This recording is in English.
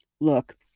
Look